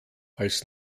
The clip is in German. als